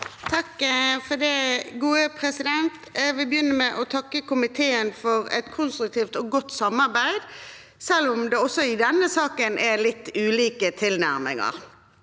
(ordfører for saken): Jeg vil begynne med å takke komiteen for et konstruktivt og godt samarbeid, selv om det også i denne saken er litt ulike tilnærminger.